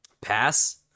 pass